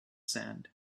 sand